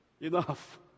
Enough